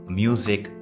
music